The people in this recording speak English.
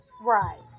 right